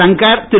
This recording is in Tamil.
சங்கர் தரு